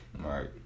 Right